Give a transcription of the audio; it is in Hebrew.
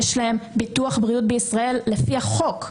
יש להם ביטוח בריאות בישראל לפי החוק.